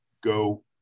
go